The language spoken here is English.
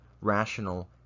rational